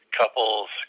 couples